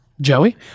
Joey